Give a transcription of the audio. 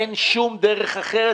אין שום דרך אחרת.